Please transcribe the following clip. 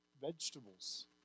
vegetables